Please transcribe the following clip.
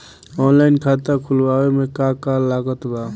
Online खाता खुलवावे मे का का लागत बा?